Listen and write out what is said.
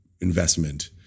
investment